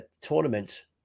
tournament